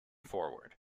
forwards